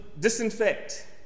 disinfect